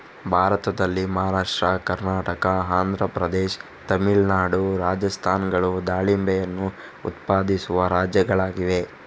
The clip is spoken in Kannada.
ಭಾರತದಲ್ಲಿ ಮಹಾರಾಷ್ಟ್ರ, ಕರ್ನಾಟಕ, ಆಂಧ್ರ ಪ್ರದೇಶ, ತಮಿಳುನಾಡು, ರಾಜಸ್ಥಾನಗಳು ದಾಳಿಂಬೆಯನ್ನು ಉತ್ಪಾದಿಸುವ ರಾಜ್ಯಗಳಾಗಿವೆ